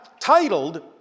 titled